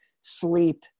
sleep